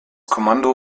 kommando